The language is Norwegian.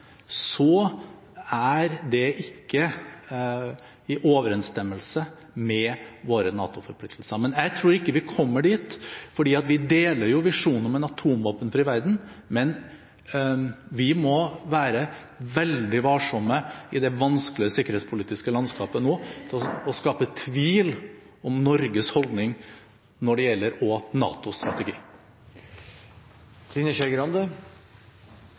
er det ikke i overensstemmelse med våre NATO-forpliktelser. Jeg tror ikke vi kommer dit, for vi deler visjonen om en atomvåpenfri verden. Men vi må være veldig varsomme i det vanskelige sikkerhetspolitiske landskapet vi har nå, med å skape tvil om Norges holdning når det gjelder NATOs strategi.